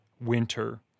winter